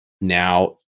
Now